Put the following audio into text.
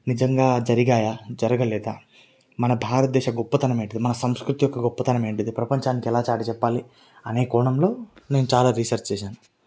నిజంగా జరిగాయా జరగలేదా మన భారతదేశ గొప్పతనము ఏంటి మన సంస్కృతి యొక్క గొప్పతనము ఏంటి ప్రపంచానికి ఎలా చాటి చెప్పాలి అనే కోణంలో నేను చాలా రీసర్చ్ చేశాను